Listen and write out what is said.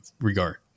regard